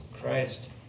Christ